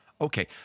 okay